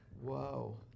Whoa